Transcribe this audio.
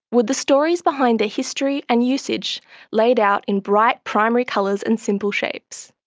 with the stories behind the history and usage laid out in bright primary colours and simple shapes.